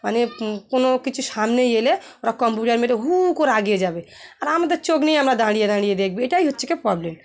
মানে কোনো কিছু সামনে এলে ওরা কম্পিউটার মেরে হু হু করে এগিয়ে যাবে আর আমাদের চোখ নেই আমরা দাঁড়িয়ে দাঁড়িয়ে দেখব এটাই হচ্ছে কি প্রবলেম